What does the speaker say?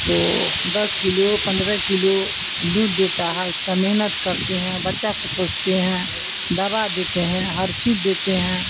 تو دس کلو پندرہ کلو دودھ دیتا ہے اس کا محنت کرتے ہیں بچہ کو پوستے ہیں دوا دیتے ہیں ہر چیز دیتے ہیں